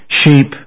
sheep